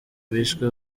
bishwe